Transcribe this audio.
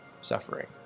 suffering